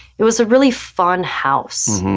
it was a really fun house.